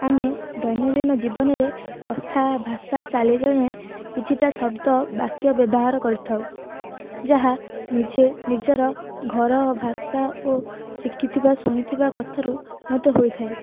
ଆମେ ଦୈନନ୍ଦିନ ଜୀବନରେ କଥା ଭାଷା ଚାଲିଚଳଣୀ କିଛିଟା ଶବ୍ଦ ବାକ୍ୟ ବ୍ୟବହାର କରିଥାଉ ଯାହା ନିଜେ ନିଜର ଘର ଭାଷା ଓ ଶିଖିଥିବା ଶୁଣିଥିବା କଥାରୁ ମଧ୍ୟ ହୋଇଥାଏ